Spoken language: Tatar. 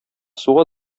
суга